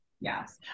Yes